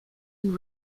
and